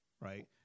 Right